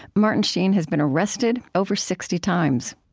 martin sheen has been arrested over sixty times